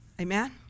amen